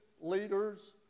leaders